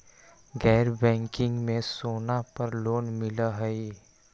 गैर बैंकिंग में सोना पर लोन मिलहई?